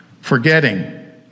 Forgetting